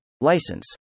license